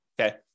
okay